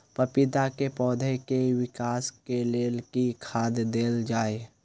पपीता केँ पौधा केँ विकास केँ लेल केँ खाद देल जाए?